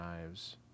knives